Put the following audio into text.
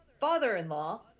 father-in-law